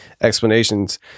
explanations